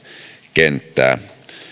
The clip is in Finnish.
kenttää